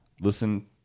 listen